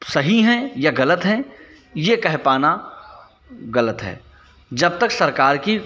सही हैं या गलत हैं यह कह पाना गलत है जब तक सरकार की